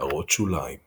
== הערות שוליים ==